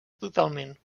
totalment